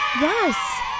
Yes